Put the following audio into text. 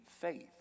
faith